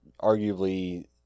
arguably